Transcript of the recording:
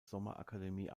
sommerakademie